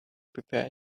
prepare